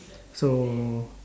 so